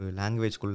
language